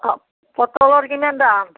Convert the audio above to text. অ পটলৰ কিমান দাম